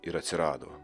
ir atsirado